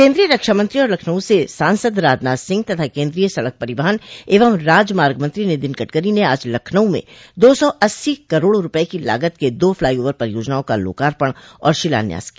केन्द्रीय रक्षामंत्री और लखनऊ से सांसद राजनाथ सिंह तथा केन्द्रीय सड़क परिवहन एवं राजमार्ग मंत्री नितिन गडगरी ने आज लखनऊ में दो सौ अस्सी करोड़ रूपये की लागत के दो फ्लाईओवर परियोजनाओं का लोकार्पण और शिलान्यास किया